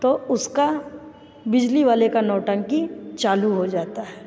तो उसका बिजली वाले का नौटंकी चालू हो जाता है